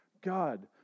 God